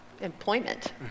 employment